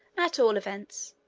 at all events,